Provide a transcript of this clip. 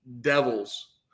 devils